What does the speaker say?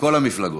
מכל המפלגות.